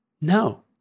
No